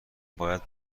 باید